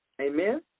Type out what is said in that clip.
Amen